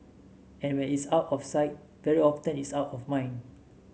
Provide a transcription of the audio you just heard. and when it's out of sight very often it's out of mind